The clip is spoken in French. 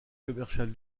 commercial